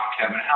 Kevin